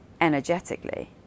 energetically